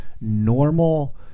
normal